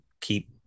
keep